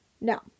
no